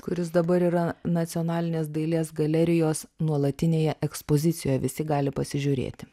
kuris dabar yra nacionalinės dailės galerijos nuolatinėje ekspozicijoje visi gali pasižiūrėti